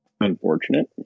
unfortunate